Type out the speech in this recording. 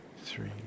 three